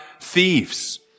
thieves